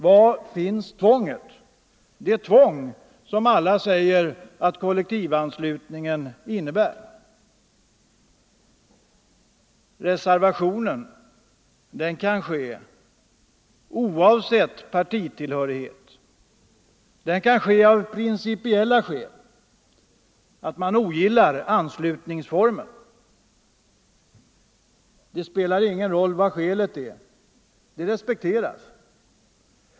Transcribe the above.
Var finns det tvång som alla säger att kollektivanslutningen innebär? Reservationen kan ske oavsett partitillhörighet. Den kan ske av principiella skäl, därför att man ogillar anslutningsformen. Det spelar ingen roll vad skälet är, det respekteras.